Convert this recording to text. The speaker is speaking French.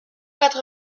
quatre